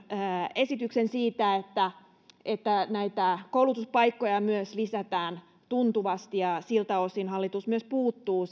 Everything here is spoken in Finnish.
esityksen siitä että että näitä koulutuspaikkoja myös lisätään tuntuvasti ja siltä osin hallitus myös puuttuu